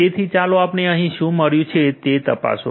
તેથી ચાલો આપણે અહીં શું મળ્યું છે તે તપાસો